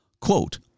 Quote